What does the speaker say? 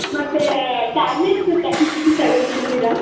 ಮತ್ತು tablets time time ತಗೊತಾ ಇದ್ದೀರಾ